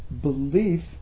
belief